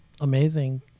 Amazing